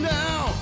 now